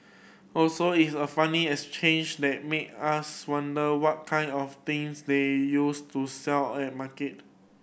also it's a funny exchange that make us wonder what kind of things they used to sell at market